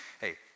Hey